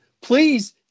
please